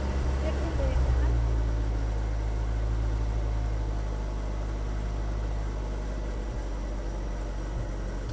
ᱪᱮᱫ ᱵᱤᱱ ᱞᱟᱹᱭᱮᱫ ᱛᱟᱦᱮᱱᱟ